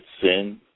sin